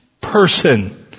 person